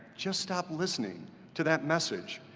just stop listening to that message.